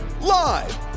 Live